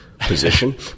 position